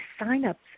sign-ups